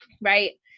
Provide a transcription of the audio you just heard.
right